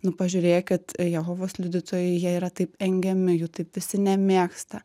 nu pažiūrėkit jehovos liudytojai jie yra taip engiami jų taip visi nemėgsta